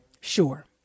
Sure